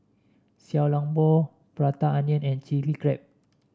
Xiao Long Bao Prata Onion and Chilli Crab